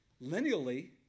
lineally